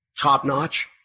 top-notch